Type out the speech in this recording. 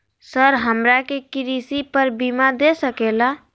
Sir हमरा के कृषि पर बीमा दे सके ला?